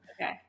Okay